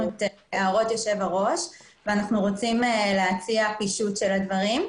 את הערות היושב ראש ואנחנו רוצים להציע פישוט של הדברים.